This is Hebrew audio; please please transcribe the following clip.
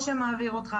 או שמעביר אותך,